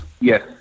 Yes